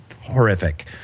horrific